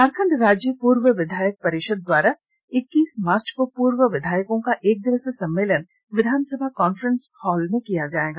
झारखंड राज्य पूर्व विधायक परिषद द्वारा इक्कीस मार्च को पूर्व विधायकों का एकदिवसीय सम्मेलन विधानसभा कांफ्रेंस हॉल में किया जायेगा